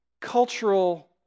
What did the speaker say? cultural